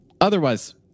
otherwise